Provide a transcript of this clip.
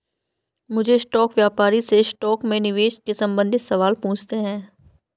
मुझे स्टॉक व्यापारी से स्टॉक में निवेश के संबंधित सवाल पूछने है